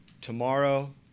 tomorrow